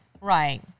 right